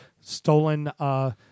stolen